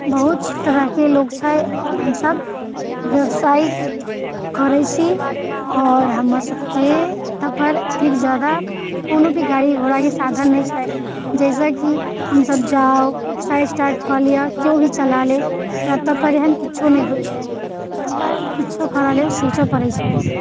बहुत तरहके लोक छै आओर हमसब बेवसाइ करै छी आओर हमरसबके एतऽ पर एतेक ज्यादा कोनो भी गाड़ी घोड़ाके साधन नहि छै जाहिसँ कि हमसब जाउ बेवसाय स्टार्ट कऽ लिअऽ केओ भी चला लेत पर एतऽ पर एहन किछु नहि होइ छै एतऽ पर किछु करै लेल सोचऽ पड़ै छै